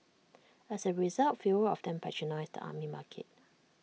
as A result fewer of them patronise the Army Market